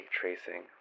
tracing